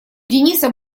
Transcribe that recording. дениса